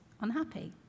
unhappy